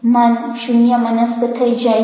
મન શૂન્યમનસ્ક થઇ જાય છે